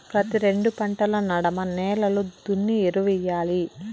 ప్రతి రెండు పంటల నడమ నేలలు దున్ని ఎరువెయ్యాలి